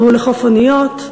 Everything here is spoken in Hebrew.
והוא לחוף אניות,